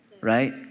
right